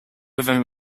within